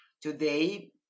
today